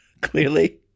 clearly